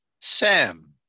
Sam